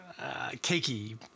cakey